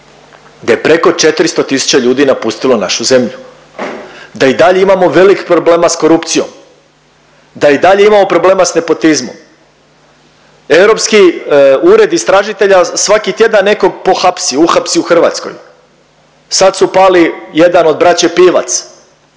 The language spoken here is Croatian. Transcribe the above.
gdje je preko 400 tisuća ljudi napustilo našu zemlju, da i dalje imamo velikih problema s korupcijom, da i dalje imamo problema s nepotizmom. Europski ured istražitelja svaki tjedan nekog pohapsi, uhapsi u Hrvatskoj. Sad su pali jedan od braće Pivac,